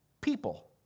people